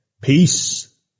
Peace